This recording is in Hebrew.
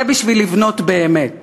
זה בשביל לבנות באמת